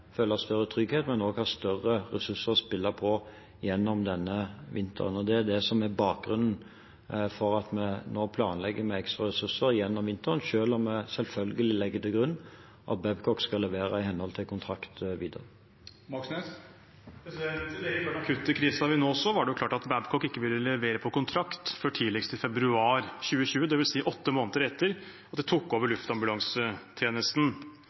føle større trygghet, men også ha større ressurser å spille på gjennom denne vinteren. Det er bakgrunnen for at vi nå planlegger med ekstra ressurser gjennom vinteren – selv om vi selvfølgelig legger til grunn at Babcock skal levere i henhold til kontrakt videre. Lenge før den akutte krisen vi nå så, var det klart at Babcock ikke ville levere på kontrakt før tidligst i februar 2020 – dvs. åtte måneder etter at de tok over